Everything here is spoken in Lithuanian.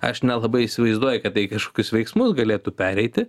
aš nelabai įsivaizduoju kad tai į kažkokius veiksmus galėtų pereiti